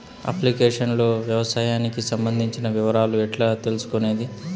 Application లో వ్యవసాయానికి సంబంధించిన వివరాలు ఎట్లా తెలుసుకొనేది?